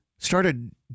Started